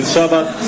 Shabbat